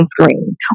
screen